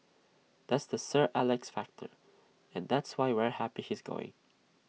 that's the sir Alex factor and that's why we're happy he's going